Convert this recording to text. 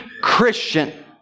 Christian